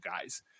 guys